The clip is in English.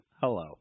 Hello